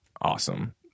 awesome